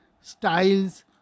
styles